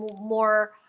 more